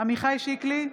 עמיחי שיקלי,